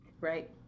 Right